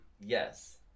yes